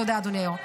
תודה, אדוני היו"ר.